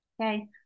okay